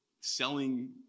selling